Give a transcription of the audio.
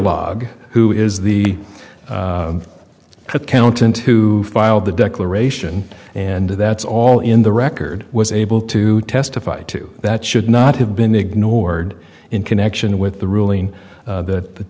log who is the accountant who filed the declaration and that's all in the record was able to testify to that should not have been ignored in connection with the ruling that that